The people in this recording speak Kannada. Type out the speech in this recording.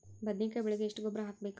ಬದ್ನಿಕಾಯಿ ಬೆಳಿಗೆ ಎಷ್ಟ ಗೊಬ್ಬರ ಹಾಕ್ಬೇಕು?